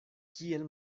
kiel